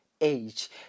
age